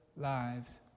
lives